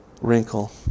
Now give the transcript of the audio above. wrinkle